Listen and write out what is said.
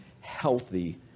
healthy